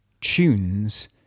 tunes